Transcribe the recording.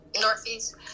Northeast